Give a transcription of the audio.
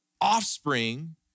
offspring